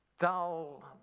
dull